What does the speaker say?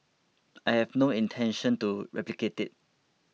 I have no intention to replicate it